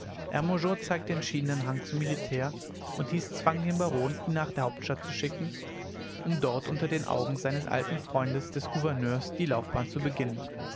zeigte entschiedenen hang zum militär und dies zwang den baron ihn nach der hauptstadt zu schicken um dort unter den augen seines alten freundes des gouverneurs die laufbahn zu beginnen